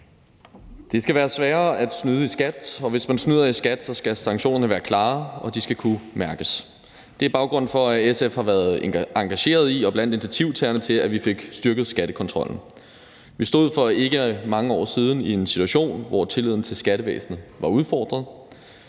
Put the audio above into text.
Det skal være sværere at snyde i skat, og hvis man snyder i skat, skal sanktionerne være klare, og de skal kunne mærkes. Det er baggrunden for, at SF har været engageret i og blandt initiativtagerne til, at vi fik styrket skattekontrollen. Vi stod for ikke mange år siden i en situation, hvor tilliden til skattevæsenet var udfordret.